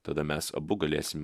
tada mes abu galėsim